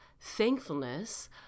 thankfulness